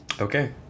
okay